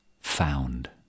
Found